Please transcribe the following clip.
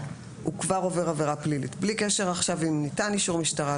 הוא כבר עובר עבירה פלילית בלי קשר עכשיו אם ניתן אישור משטרה,